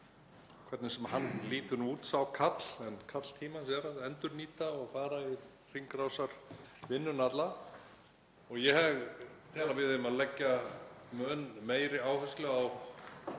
hvernig sem hann lítur nú út, sá kall, en kall tímans er að endurnýta og fara í hringrásarvinnuna alla. Ég tel að við eigum að leggja mun meiri áherslu á